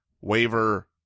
waiver